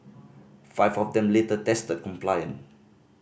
five of them later tested compliant